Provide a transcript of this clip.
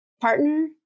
partner